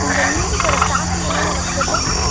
இந்த மியூசிக்கோட ஸ்டார்ட்டிங் என்னன்னு எனக்கு சொல்